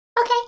Okay